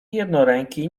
jednoręki